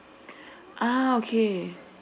ah okay